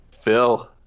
Phil